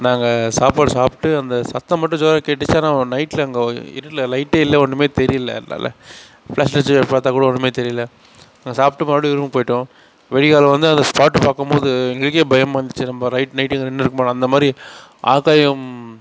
நாங்கள் சாப்பாடு சாப்பிட்டு அந்த சத்தம் மட்டும் ஜோராக கேட்டுச்சு ஆனால் நைட்டில் அங்கே இருட்டில் லைட்டே இல்லை ஒன்றுமே தெரியல அதனால் ஃப்ளாஷ் அடிச்சுட்டு பார்த்தா கூட ஒன்றுமே தெரியல நான் சாப்பிட்டு மறுபடியும் ரூம் போயிட்டோம் விடிகாலம் வந்து அந்த ஸ்பாட்டை பார்க்கும்போது எங்களுக்கே பயமாருந்துச்சி நம்ம ரைட் நைட்டு இங்கே நின்றுருக்கோமானு அந்தமாதிரி ஆகாயம்